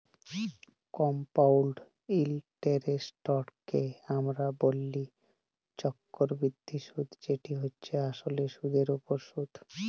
compound ইলটারেস্টকে আমরা ব্যলি চক্করবৃদ্ধি সুদ যেট হছে আসলে সুদের উপর সুদ